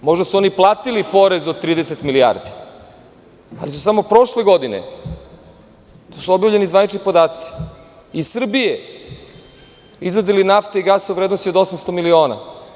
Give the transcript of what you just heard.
Možda su oni platili porez od 30 milijardi, ali su samo prošle godine, to su objavljeni zvanični podaci, iz Srbije izvadili nafte i gasa u vrednosti od 800 miliona.